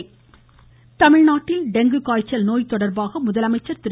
dengue தமிழ்நாட்டில் dengue காய்ச்சல் நோய் தொடர்பாக முதலமைச்சர் திரு